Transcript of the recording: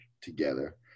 together